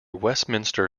westminster